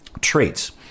traits